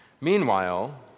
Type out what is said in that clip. Meanwhile